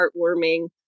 heartwarming